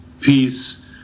peace